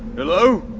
hello?